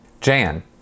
Jan